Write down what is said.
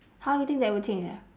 how you think that would change ah